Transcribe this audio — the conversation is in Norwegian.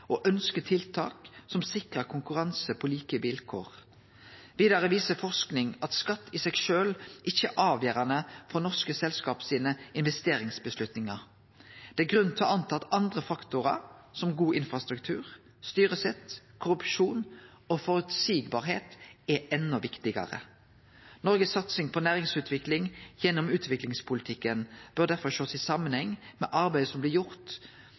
og ønskjer tiltak som sikrar konkurranse på like vilkår. Vidare viser forsking at skatt i seg sjølv ikkje er avgjerande for norske selskap sine investeringsavgjerder. Det er grunn til å anta at andre faktorar, som god infrastruktur, styresett, korrupsjon og føreseielegheit er enda viktigare. Noregs satsing på næringsutvikling gjennom utviklingspolitikken bør derfor sjåast i samanheng med arbeidet som blir gjort